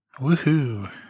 Woohoo